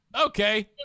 Okay